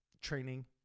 training